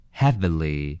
heavily